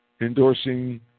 endorsing